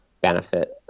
benefit